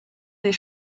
des